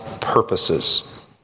purposes